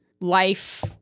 life